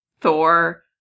Thor